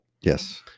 yes